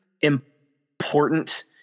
important